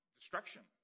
destruction